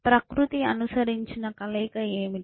ప్రకృతి అనుసరించిన కలయిక ఏమిటి